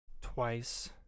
twice